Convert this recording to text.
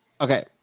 Okay